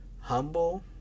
humble